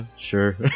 sure